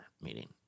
meeting